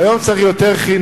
היום הוא צריך יותר חינוך,